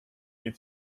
need